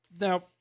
Now